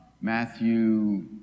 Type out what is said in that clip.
Matthew